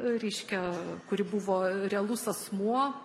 reiškia kuri buvo realus asmuo